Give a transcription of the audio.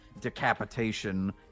decapitation